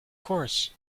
course